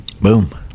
Boom